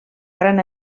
gran